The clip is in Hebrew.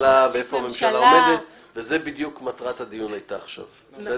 באמצע יהיו בחירות, נחליף ממשלה.